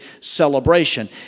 celebration